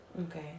Okay